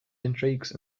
intrigues